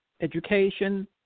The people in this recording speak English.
education